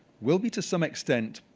will be, to some extent,